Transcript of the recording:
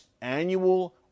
annual